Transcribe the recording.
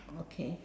okay